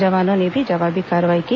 जवानों ने भी जवाबी कार्रवाई की